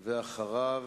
אחריו,